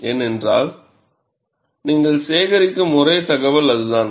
ஏனென்றால் நீங்கள் சேகரிக்கும் ஒரே தகவல் அதுதான்